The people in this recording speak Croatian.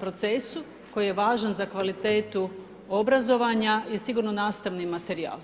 procesu, koji je važan za kvalitetu obrazovanja je sigurno nastavni materijal.